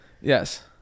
Yes